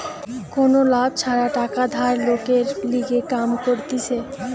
কোনো লাভ ছাড়া টাকা ধার লোকের লিগে কাম করতিছে